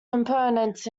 components